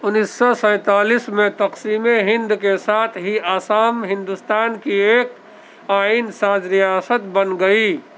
اُنیس سو سینتالیس میں تقسیمِ ہِند کے ساتھ ہی آسام ہندوستان کی ایک آئین ساز ریاست بن گئی